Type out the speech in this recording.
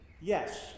yes